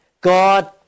God